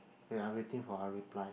wait ah waiting for her reply